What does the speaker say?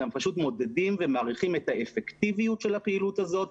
אלא פשוט מודדים ומעריכים את האפקטיביות של הפעילות הזאת,